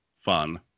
fun